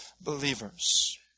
believers